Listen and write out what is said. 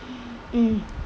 mm